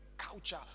culture